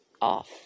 off